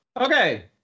Okay